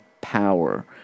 power